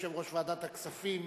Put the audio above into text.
יושב-ראש ועדת הכספים,